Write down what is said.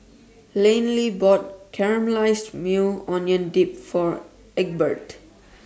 Laney bought Caramelized Maui Onion Dip For Egbert